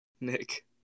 Nick